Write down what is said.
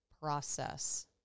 process